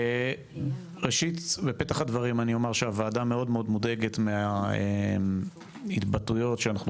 ראשית בפתח הדברים אני אומר שהוועדה מאוד מודאגת מההתבטאויות שאנחנו